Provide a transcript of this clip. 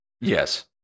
Yes